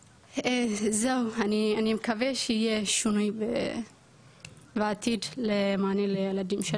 זהו, אני מקווה שיהיה שינוי ועתיד למען הילדים של